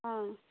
অঁ